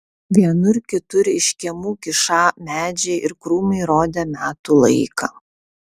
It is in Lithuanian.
vienur kitur iš kiemų kyšą medžiai ir krūmai rodė metų laiką